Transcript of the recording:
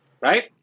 right